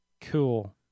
Cool